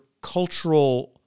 cultural